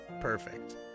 Perfect